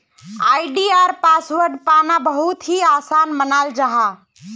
आई.डी.आर password पाना बहुत ही आसान मानाल जाहा